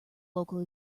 local